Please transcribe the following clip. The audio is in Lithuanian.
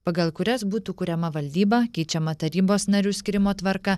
pagal kurias būtų kuriama valdyba keičiama tarybos narių skyrimo tvarka